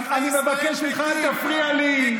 אני מבקש ממך, אל תפריע לי.